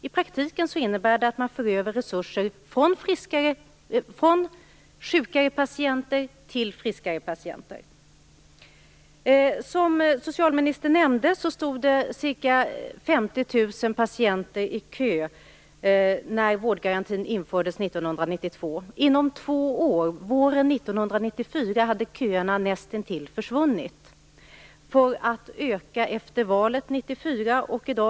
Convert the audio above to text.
I praktiken innebär det att man för över resurser från sjukare patienter till friskare patienter. Som socialministern nämnde stod ca 50 000 patienter i kö när vårdgarantin infördes 1992. Inom två år, till våren 1994, hade köerna näst intill försvunnit, för att öka efter valet 1994.